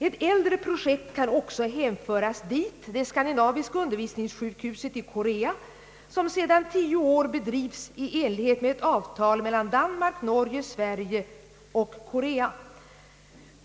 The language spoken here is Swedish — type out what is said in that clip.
Ett äldre projekt kan också hänföras dit: det skandinaviska undervisningssjukhuset i Korea som sedan tio år bedrivs i enlighet med ett avtal mellan Danmark-Norge-Sverige och Korea.